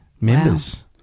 members